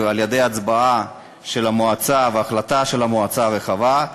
על-ידי הצבעה של המועצה והחלטה של המועצה הרחבה,